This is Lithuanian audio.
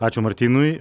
ačiū martynui